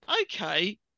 Okay